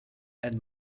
and